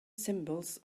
symbols